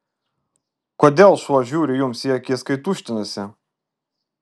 kodėl šuo žiūri jums į akis kai tuštinasi